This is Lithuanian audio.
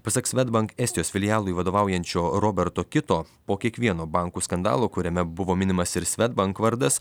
pasak swedbank estijos filialui vadovaujančio roberto kito po kiekvieno bankų skandalo kuriame buvo minimas ir swedbank vardas